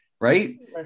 right